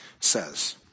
says